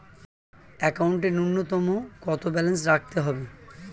একাউন্টে নূন্যতম কত ব্যালেন্স রাখতে হবে?